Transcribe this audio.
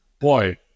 boy